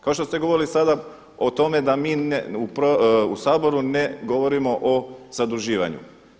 Kao što ste govorili sada o tome da mi u Saboru ne govorimo o zaduživanju.